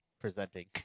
presenting